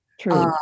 true